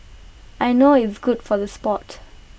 I know it's good for the Sport